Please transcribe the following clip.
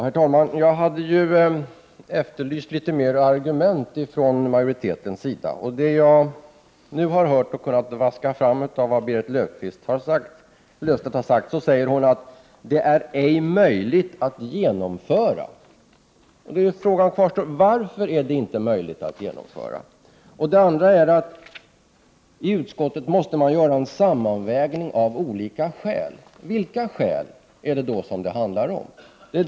Herr talman! Jag efterlyste litet mer argument från majoriteten. Det jag har kunnat vaska fram av det Berit Löfstedt nu har sagt är följande: Det hela är ej möjligt att genomföra. Men min fråga kvarstår: Varför är det inte möjligt att genomföra? Vidare sade Berit Löfstedt: I utskottet måste man göra en sammanvägning av olika skäl. Vilka skäl handlar det om?